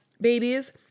babies